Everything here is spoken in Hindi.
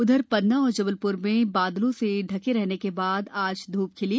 उधरपन्ना और जबलप्र में तीन दिन बादलों से ढके रहने के बाद आज धूप खिली